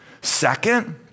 Second